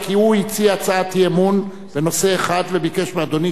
כי הוא הציע הצעת אי-אמון בנושא אחד וביקש מאדוני,